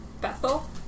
Bethel